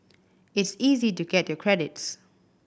it's easy to get your credits